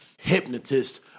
hypnotist